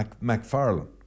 MacFarlane